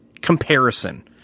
comparison